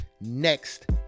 next